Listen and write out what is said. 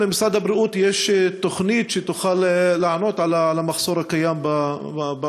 האם למשרד הבריאות יש תוכנית שתוכל לענות על המחסור הקיים באונקולוגים?